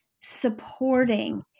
supporting